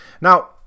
now